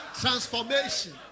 transformation